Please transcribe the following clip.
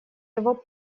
его